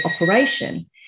operation